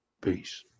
peace